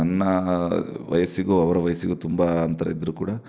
ನನ್ನ ವಯಸ್ಸಿಗು ಅವರ ವಯಸ್ಸಿಗು ತುಂಬ ಅಂತರ ಇದ್ದರು ಕೂಡ